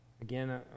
Again